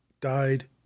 died